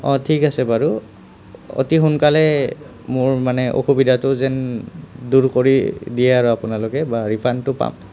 অঁ ঠিক আছে বাৰু অতি সোনকালে মোৰ মানে অসুবিধাটো যেন দূৰ কৰি দিয়ে আৰু আপোনালোকে বা ৰিফাণ্ডটো পাম